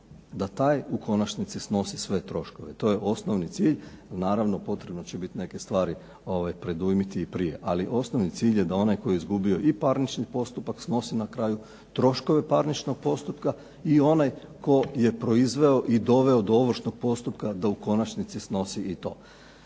da taj u konačnici snosi sve troškove. To je osnovni cilj. Naravno potrebno će biti neke stvari predujmiti i prije. Ali osnovni cilj je da onaj tko je izgubio i parnični postupak snosi na kraju troškove parničnog postupka i onaj tko je proizveo i doveo do ovršnog postupka da u konačnici snosi i to.